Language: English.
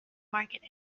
market